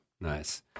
Nice